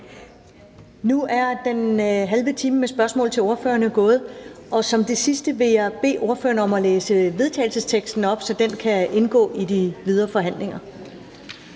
Nu er den halve time med spørgsmål til ordførerne gået. Og som det sidste vil jeg bede ordføreren om at læse forslaget til vedtagelse op, så det kan indgå i de videre forhandlinger.